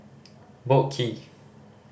Boat Quay